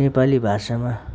नेपाली भाषामा